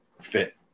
fit